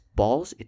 balls